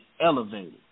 elevated